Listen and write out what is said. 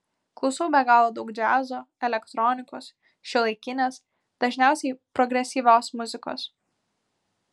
klausau be galo daug džiazo elektronikos šiuolaikinės dažniausiai progresyvios muzikos